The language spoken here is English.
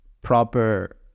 proper